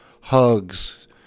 hugs